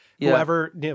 whoever